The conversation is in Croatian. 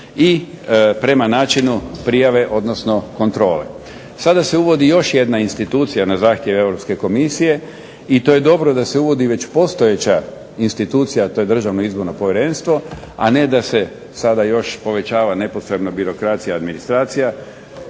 i prema načinu prijave, odnosno kontrole. Sada se uvodi još jedna institucija na zahtjev Europske Komisije i to je dobro da se uvodi već postojeća institucija, a to je Državno izborno povjerenstvo, a ne da se sada još povećava nepotrebna birokracija, administracija,